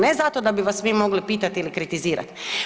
Ne zato da bi vas mi mogli pitat ili kritizirat.